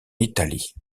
italie